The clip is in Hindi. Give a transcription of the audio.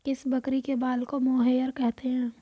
किस बकरी के बाल को मोहेयर कहते हैं?